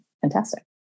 fantastic